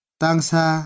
tangsa